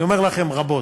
אני אומר לכם, רבות.